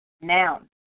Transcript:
noun